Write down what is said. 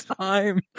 time